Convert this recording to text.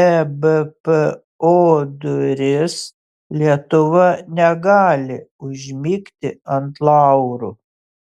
ebpo duris lietuva negali užmigti ant laurų